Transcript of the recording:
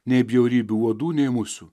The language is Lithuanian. nei bjaurybių uodų nei musių